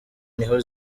niho